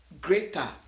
greater